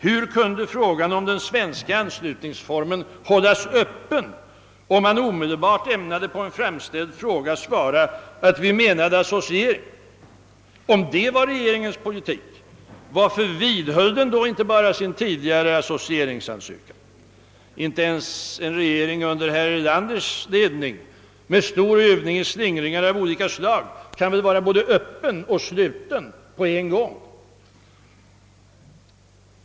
Hur kunde frågan om den svenska anslutningsformen hållas öppen, om man omedelbart på en framställd fråga ämnade svara att vi avsåg associering? Om det var regeringens politik, varför vidhöll den då inte bara sin tidigare associeringsansökan? Inte ens en regering under herr Erlanders ledning med stor övning i slingringar av olika slag kan väl vara både öppen och sluten på en gång?